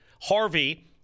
Harvey